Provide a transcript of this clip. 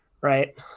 Right